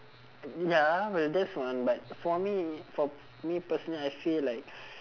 ya but like that's one but for me for me personal I feel like